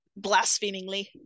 blasphemingly